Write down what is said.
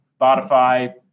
Spotify